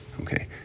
Okay